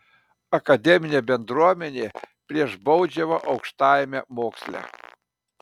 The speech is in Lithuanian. akademinė bendruomenė prieš baudžiavą aukštajame moksle